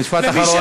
משפט אחרון.